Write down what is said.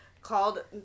called